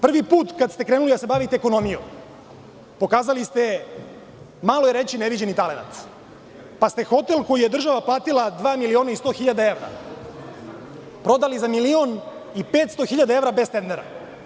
Prvi put kada ste krenuli da se bavite ekonomijom pokazali ste, malo je reći, neviđeni talenat, pa ste hotel, koji je država platila 2.100.000 evra, prodali za 1.500.000 evra bez tendera.